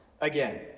again